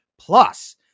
Plus